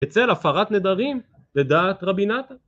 אצל הפרת נדרים לדעת רבינתה